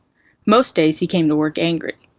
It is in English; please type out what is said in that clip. most days, he came to work angry.